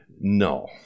No